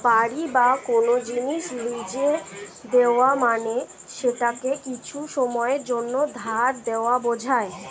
বাড়ি বা কোন জিনিস লীজে দেওয়া মানে সেটাকে কিছু সময়ের জন্যে ধার দেওয়া বোঝায়